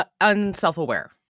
unself-aware